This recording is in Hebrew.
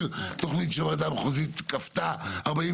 עשרה מפקחים שיפוטיים בכל הארץ.